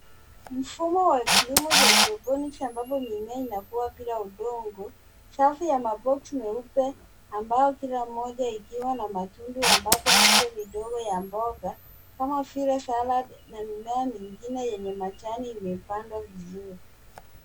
Mfumo wa kilimo cha hydroponics , ambapo mimea inakua bila udongo. Kuna safu ya maboksi meupe ambayo kila moja ikiwa na matundu ambapo miche midogo ya mboga kama vile saladi na mimea mingine yenye majani imepandwa vizuri.